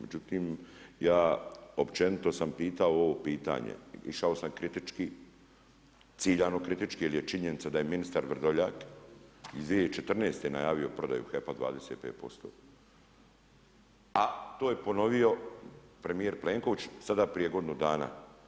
Međutim, ja općenito sam pitao ovo pitanje, išao sam kritički, ciljano kritički jer je činjenica da je ministar Vrdoljak iz 2014. najavio prodaju HEP-a 25% a to je ponovio premijer Plenković sada prije godinu dana.